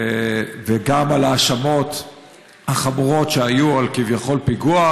וגם על ההאשמות החמורות שהיו על כביכול פיגוע,